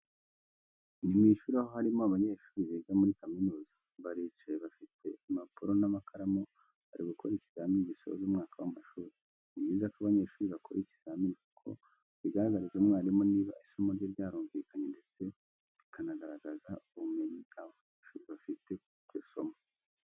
Ni mu ishuri aho harimo abanyeshuri biga muri kaminuza, baricaye bafite impapuro n'amakaramu bari gukora ikizamini gisoza umwaka w'amashuri. Ni byiza ko abanyeshuri bakora ikizamini kuko bigaragariza umwarimu niba isomo rye ryarumvikanye ndetse bikanagaragaza ubumenyi abo banyeshuri bafite kuri iryo somo.